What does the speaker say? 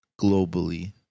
globally